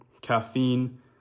caffeine